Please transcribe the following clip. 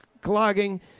clogging